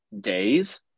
days